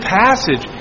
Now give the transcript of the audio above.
passage